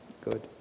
good